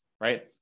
right